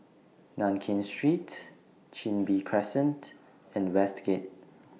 Nankin Street Chin Bee Crescent and Westgate